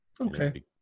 Okay